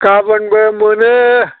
गाबोनबो मोनो